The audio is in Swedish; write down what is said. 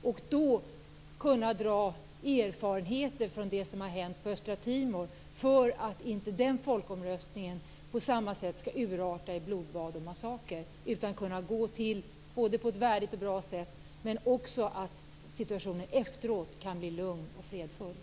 Vi borde kunna dra nytta av erfarenheterna från östra Timor så att inte den folkomröstningen på samma sätt urartar i blodbad och massaker utan kan gå till på ett värdigt och bra sätt, och dessutom så att situationen efteråt kan bli lugn och fredlig.